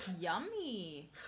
Yummy